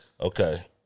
Okay